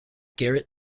garrett